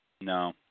No